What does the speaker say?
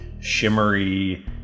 shimmery